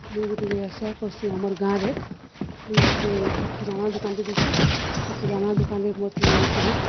ମୁଇଁ ଗୁଟେ ବ୍ୟବସାୟ କର୍ସିଁ ଆମର୍ ଗାଁରେ ମୁଇଁ ଗୁଟେ ଛୋଟ୍ କିିରାନା ଦୋକାନ୍ଟେ ଦେଇଛେ ସେ କିରାନା ଦୋକାନ୍ରେ ମତେ ବହୁତ୍